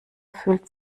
fühlt